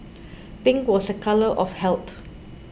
pink was a colour of health